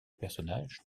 personnage